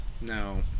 No